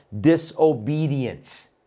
disobedience